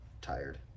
tired